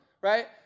right